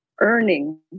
earning